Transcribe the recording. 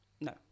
No